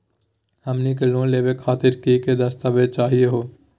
हमनी के लोन लेवे खातीर की की दस्तावेज चाहीयो हो?